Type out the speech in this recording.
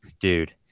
dude